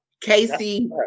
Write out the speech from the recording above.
Casey